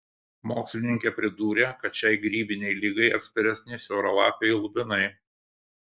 mokslininkė pridūrė kad šiai grybinei ligai atsparesni siauralapiai lubinai